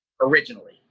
originally